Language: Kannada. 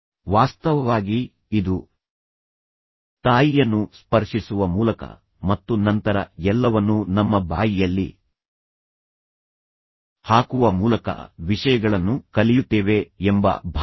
ವಾಸ್ತವವಾಗಿ ಇದು ತಾಯಿಯನ್ನು ಸ್ಪರ್ಶಿಸುವ ಮೂಲಕ ಮತ್ತು ನಂತರ ಎಲ್ಲವನ್ನೂ ನಮ್ಮ ಬಾಯಿಯಲ್ಲಿ ಹಾಕುವ ಮೂಲಕ ವಿಷಯಗಳನ್ನು ಕಲಿಯುತ್ತೇವೆ ಎಂಬ ಭಾವನೆ